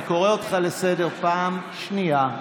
אני קורא אותך לסדר פעם שנייה.